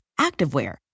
activewear